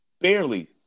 barely